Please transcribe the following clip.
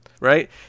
right